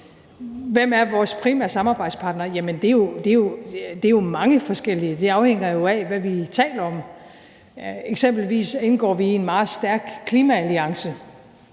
Hvem er vores primære samarbejdspartner? Jamen det er jo mange forskellige, for det afhænger jo af, hvad vi taler om. Eksempelvis indgår vi i en meget stærk klimaalliance